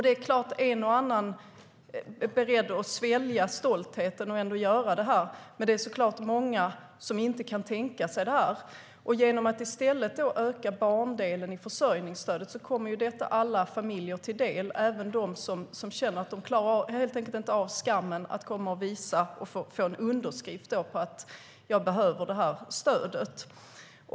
Det är klart att en och annan är beredd att svälja stoltheten och ändå göra detta. Men det är såklart många som inte kan tänka sig det. Genom att i stället öka barndelen i försörjningsstödet kommer detta alla familjer till del, även de familjer som helt enkelt inte klarar av skammen att komma och få en underskrift på att de behöver detta stöd.